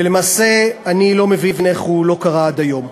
ולמעשה אני לא מבין איך הוא לא קרה עד היום.